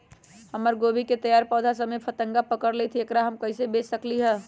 हमर गोभी के तैयार पौधा सब में फतंगा पकड़ लेई थई एकरा से हम कईसे बच सकली है?